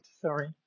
sorry